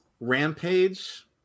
rampage